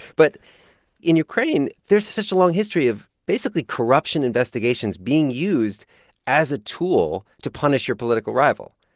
but in ukraine, there's such a long history of basically corruption investigations being used as a tool to punish your political rival.